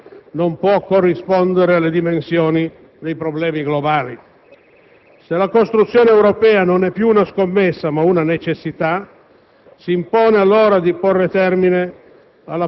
perché il formato degli Stati nazionali non può corrispondere alle dimensioni dei problemi globali. Se la costruzione europea non è più una scommessa ma una necessità,